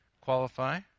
qualify